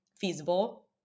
feasible